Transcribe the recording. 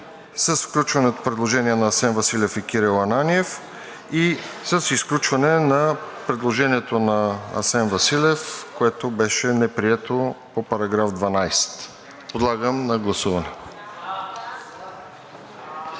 с включеното предложение на Асен Василев и Кирил Ананиев и с изключване на предложението на Асен Василев, което беше неприето по § 12. Подлагам на гласуване.